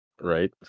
Right